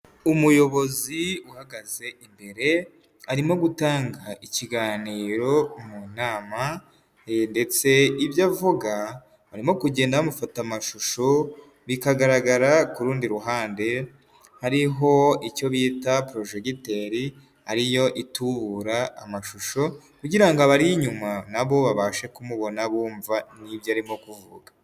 Umuyobozi uhagaze imbere, arimo gutanga ikiganiro mu nama ndetse ibyo avuga barimo kugenda bamufata amashusho bikagaragara ku rundi ruhande, hariho icyo bita porojegiteri, ari yo itubura amashusho, kugira abari inyuma na bo babashe kumubona bumva n'ibyo arimo kuvuga.